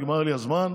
נגמר לי הזמן.